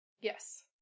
Yes